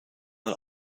mal